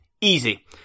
Easy